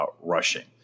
rushing